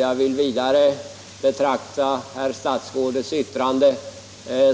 Jag vill vidare betrakta herr statsrådets yttrande